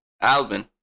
Alvin